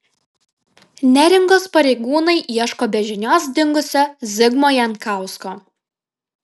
neringos pareigūnai ieško be žinios dingusio zigmo jankausko